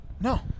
No